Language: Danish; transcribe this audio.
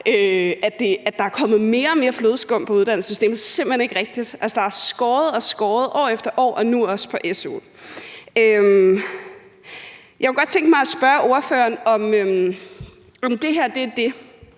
at der er kommet mere og mere flødeskum på uddannelsessystemet, er simpelt hen ikke rigtigt. Altså, der er blevet skåret og skåret år efter år og nu også på su'en. Jeg kunne godt tænke mig at spørge ordføreren, om det er de